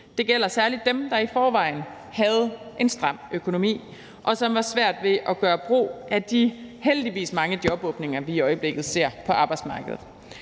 Det gælder særlig dem, der i forvejen havde en stram økonomi, og som havde svært ved at gøre brug af de heldigvis mange jobåbninger, vi i øjeblikket ser på arbejdsmarkedet.